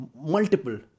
multiple